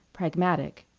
pragmatic.